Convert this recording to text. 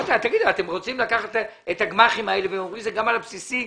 אתם רוצים לקחת את הגמ"חים האלה ולשים גם על הבסיסי?